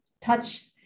touch